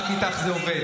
רק איתך זה עובד.